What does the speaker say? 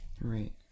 Right